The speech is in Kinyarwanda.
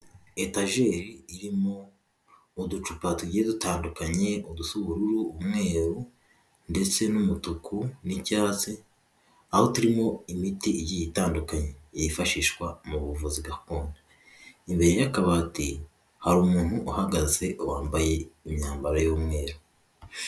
Etajeri irimo uducupa tugiye dutandukanye, udusa ubururu, umweru ndetse n'umutuku n'icyatsi, aho turimo imiti igiye itandukanye yifashishwa mu buvuzi gakondo. Imbere y'akabati hari umuntu uhagaze wambaye imyambaro y'umweru.